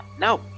no